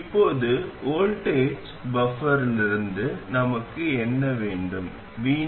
இப்போது வோல்டேஜ் பஃப்பரிலிருந்து நமக்கு என்ன வேண்டும் vovi